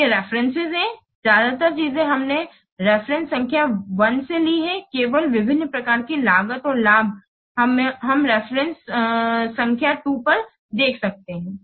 तो ये रेफरेन्सेस हैं ज्यादातर चीजें हमने रेफरेन्सेस संख्या 1 ली हैं केवल विभिन्न प्रकार की लागत और लाभ हम रेफरेन्सेस संख्या 2 पर देख सकते हैं